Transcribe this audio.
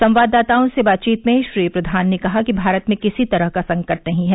संवाददाताओं से बातचीत में श्री प्रधान ने कहा कि भारत में किसी तरह का संकट नहीं है